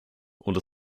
und